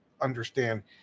understand